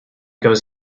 goes